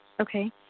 Okay